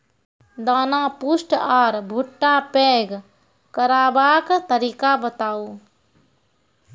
दाना पुष्ट आर भूट्टा पैग करबाक तरीका बताऊ?